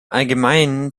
allgemeinen